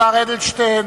השר אדלשטיין,